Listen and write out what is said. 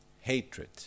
hatred